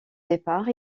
départ